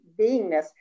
beingness